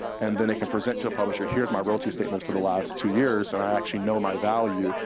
and then they can present to a publisher here's my royalty statements for the last two years, and i actually know my value,